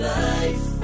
life